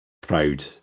proud